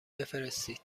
بفرستید